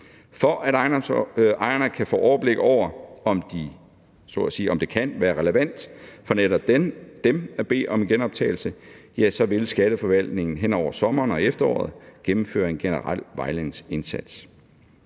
For at ejerne kan få overblik over, om det kan være relevant for netop dem at bede om en genoptagelse, vil skatteforvaltningen hen over sommeren og efteråret gennemføre en generel vejledningsindsats.